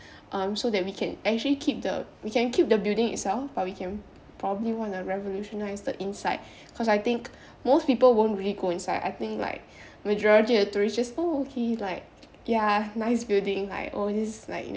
um so that we can actually keep the we can keep the building itself but we can probably want to revolutionise the inside cause I think most people won't really go inside I think like majority of tourist just oh okay like ya nice building like oh this is like you know